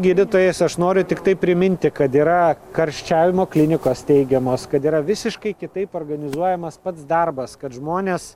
gydytojais aš noriu tiktai priminti kad yra karščiavimo klinikos steigiamos kad yra visiškai kitaip organizuojamas pats darbas kad žmonės